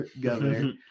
governor